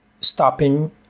stopping